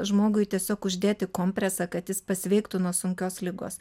žmogui tiesiog uždėti kompresą kad jis pasveiktų nuo sunkios ligos